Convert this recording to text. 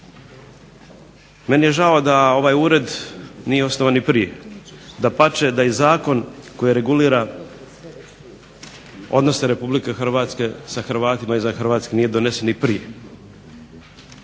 Meni je žao da ovaj ured nije osnovan i prije, dapače da i zakon koji regulira odnose RH sa Hrvatima izvan RH nije donesen i prije.